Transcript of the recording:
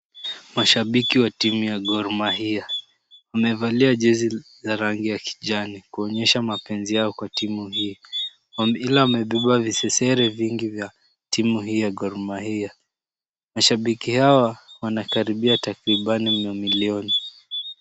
Mashabiki wa timu ya Gor Mahia. Wamevalia jezi za rangi ya kijani kuonyesha mapenzi yao kwa timu hiyo ila wamebeba visesere mingi vya timu ya Gor Mahia. Mashabiki hawa wanakaribia takribani mamilioni.